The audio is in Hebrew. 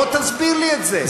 בוא תסביר לי את זה.